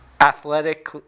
athletic